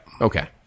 Okay